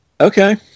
Okay